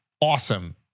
awesome